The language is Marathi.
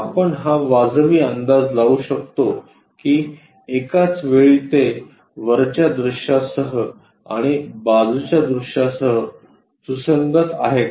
आपण हा वाजवी अंदाज लावू शकतो की एकाच वेळी ते वरच्या दृश्यासह आणि बाजूच्या दृश्यासह सुसंगत आहे काय